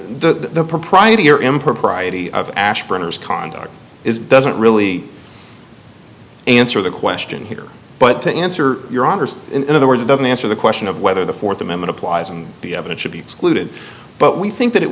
the propriety or impropriety of ash brenner's conduct is doesn't really answer the question here but to answer your honor's in other words it doesn't answer the question of whether the fourth amendment applies and the evidence should be excluded but we think that it